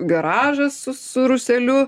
garažas su su rūseliu